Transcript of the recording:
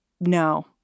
no